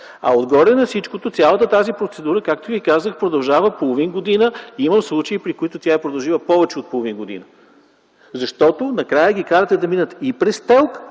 Отгоре на всичкото цялата тази процедура, както ви казах, продължава половин година и има случаи, когато тя е продължила повече от половин година, защото накрая ги карате да минат и през ТЕЛК,